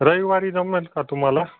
रविवारी जमेल का तुम्हाला